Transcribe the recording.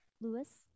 Lewis